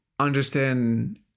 understand